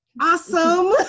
awesome